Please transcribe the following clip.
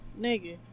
Nigga